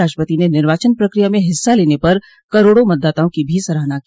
राष्ट्रपति ने निर्वाचन प्रक्रिया में हिस्सा लेने पर करोड़ों मतदाताओं की भी सराहना की